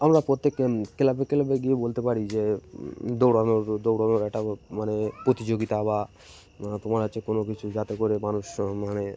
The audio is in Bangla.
আমরা প্রত্যেকে ক্লাবে ক্লাবে গিয়ে বলতে পারি যে দৌড়ানোর দৌড়ানোর একটা মানে প্রতিযোগিতা বা তোমার হচ্ছে কোনো কিছু যাতে করে মানুষ মানে